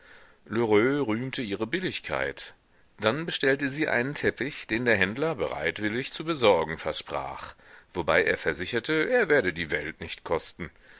rühmte ihre billigkeit dann bestellte sie einen teppich den der händler bereitwillig zu besorgen versprach wobei er versicherte er werde die welt nicht kosten